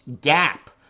gap